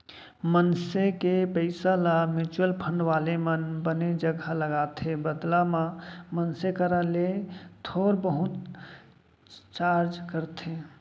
मनसे के पइसा ल म्युचुअल फंड वाले मन बने जघा लगाथे बदला म मनसे करा ले थोर बहुत चारज करथे